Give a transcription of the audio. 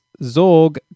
Zorg